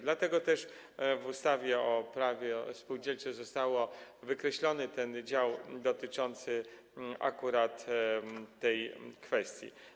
Dlatego też w ustawie o prawie spółdzielczym został wykreślony dział dotyczący akurat tej kwestii.